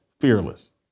fearless